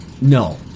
No